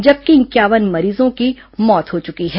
जबकि इंक्यावन मरीजों की मौत हो चुकी है